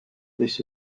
this